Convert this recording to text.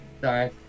Sorry